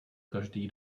každý